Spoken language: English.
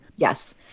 Yes